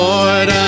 Lord